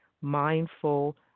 mindful